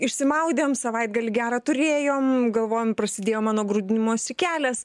išsimaudėm savaitgalį gerą turėjom galvojom prasidėjo mano grūdinimosi kelias